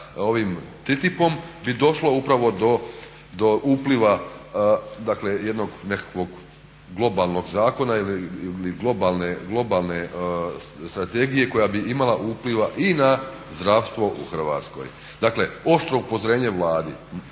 ovim TTIP-om bi došlo do upliva jednog nekakvog globalnog zakona ili globalne strategije koja bi imala upliva i na zdravstvo u Hrvatskoj, dakle oštro upozorenje Vladi.